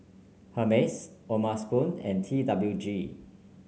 Hermes O'ma Spoon and T W G